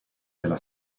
nella